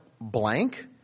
blank